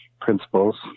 principles